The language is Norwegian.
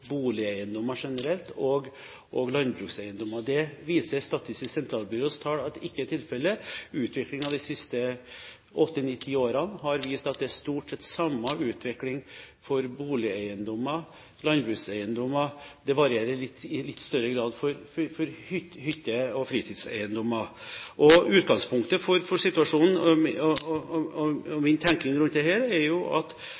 boligeiendommer generelt og landbrukseiendommer. Det viser Statistisk sentralbyrås tall at ikke er tilfellet. De siste åtte–ti årene har vist at det stort sett er samme utvikling for boligeiendommer og landbrukseiendommer. Det varierer i litt større grad for hytte- og fritidseiendommer. Utgangspunktet for min tenkning rundt dette er at det faktisk er andre forhold som påvirker situasjonen i stor grad enn bare prisen. Det er slektskapsforhold, og